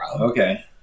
Okay